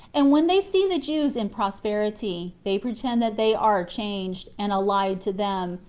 and when they see the jews in prosperity, they pretend that they are changed, and allied to them,